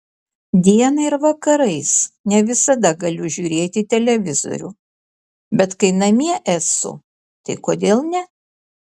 dieną ir vakarais ne visada galiu žiūrėti televizorių bet kai namie esu tai kodėl ne